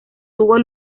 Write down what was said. tuvo